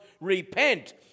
repent